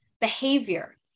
behavior